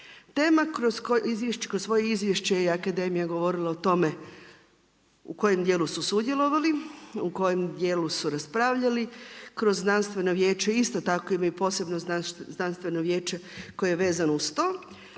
Kroz svoje izvješće je akademija govorila o tome u kojem dijelu su sudjelovali, u kojem dijelu su raspravljali, kroz Znanstveno vijeće isto tako imaju posebno Znanstveno vijeće koje je vezano uz to.